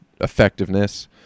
effectiveness